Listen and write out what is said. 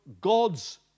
God's